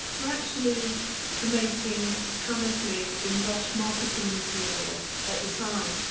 were actually promoting tamaflu in roche marketing material at the time.